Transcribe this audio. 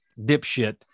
dipshit